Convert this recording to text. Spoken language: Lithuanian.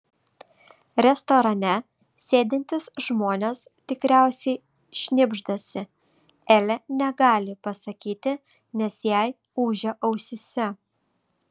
restorane sėdintys žmonės tikriausiai šnibždasi elė negali pasakyti nes jai ūžia ausyse